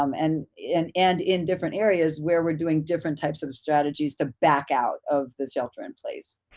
um and in and in different areas where we're doing different types of strategies to back out of the shelter-in-place.